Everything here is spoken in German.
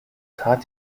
tat